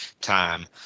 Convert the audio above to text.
time